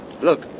Look